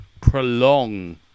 prolong